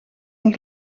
een